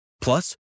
plus